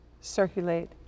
circulate